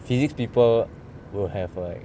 physics people will have like